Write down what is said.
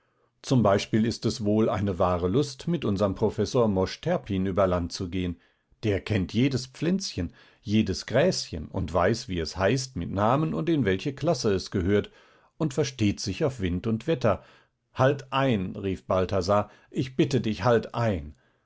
z b ist es wohl eine wahre lust mit unserm professor mosch terpin über land zu gehen der kennt jedes pflänzchen jedes gräschen und weiß wie es heißt mit namen und in welche klasse es gehört und versteht sich auf wind und wetter halt ein rief balthasar ich bitte dich halt ein